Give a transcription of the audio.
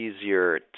easier